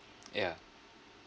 yeah